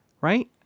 Right